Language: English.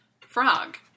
frog